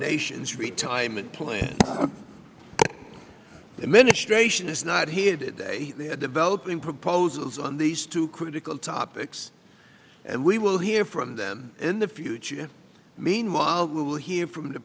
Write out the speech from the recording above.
nation's retirement plans administration is not here today they are developing proposals on these two critical topics and we will hear from them in the future meanwhile who will hear from the